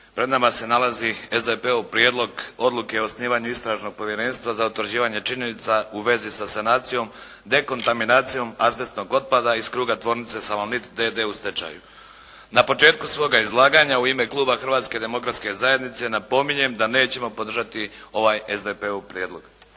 Pred nama se nalazi SDP-ov prijedlog Odluke o osnivanju istražnog povjerenstva za utvrđivanje činjenica u vezi sa sanacijom, dekontaminacijom azbestnog otpada iz kruga tvornice “Salonit“ d.d. u stečaju. Na početku svoga izlaganja u ime kluba Hrvatske demokratske zajednice napominjem da nećemo podržati ovaj SDP-ov prijedlog.